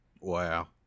Wow